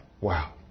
wow